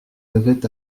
avait